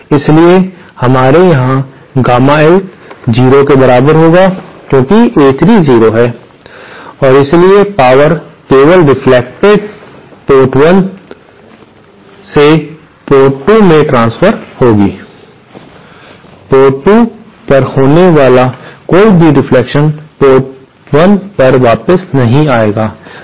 इसलिए हमारे यहां गामा एल 0 के बराबर है क्योंकि A3 0 है और इसलिए पावर केवल पोर्ट 1 से पोर्ट 2 में ट्रांसफर होगी पोर्ट 2 पर होने वाला कोई भी रिफ्लेक्शन पोर्ट 1 पर कभी वापस नहीं आएगा